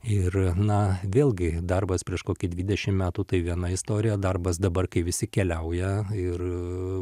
ir na vėlgi darbas prieš kokį dvidešim metų tai viena istorija darbas dabar kai visi keliauja ir